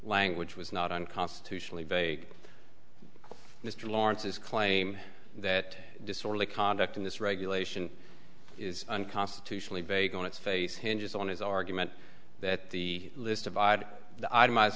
language was not unconstitutionally vague mr lawrence's claim that disorderly conduct in this regulation is unconstitutionally vague on its face hinges on his argument that the list of odd the itemized